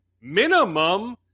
minimum